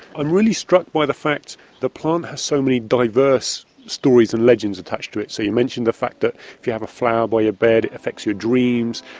i'm really struck by the fact the plant has so many diverse stories and legends attached to it, so you mentioned the fact that if you have a flower by your bed, it affects your dreams,